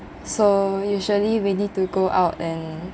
so usually we need to go out and